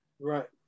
Right